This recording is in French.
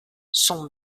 son